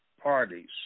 parties